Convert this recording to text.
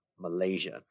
Malaysia